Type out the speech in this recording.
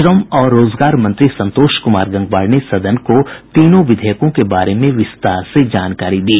श्रम और रोजगार मंत्री संतोष कुमार गंगवार ने सदन को तीनों विधेयकों के बारे में विस्तार से जानकारी दी